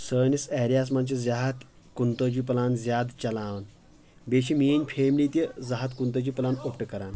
سٲنِس ایریاہس منٛز چھِ زِہتھ کُنتٲجی پٕلان زیادٕ چلاوان بییٚہِ چھِ میٲنۍ فیملی تہٕ زٕہتھ کُنتٲجی پلان اوپٹہٕ کران